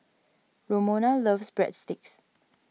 Romona loves Breadsticks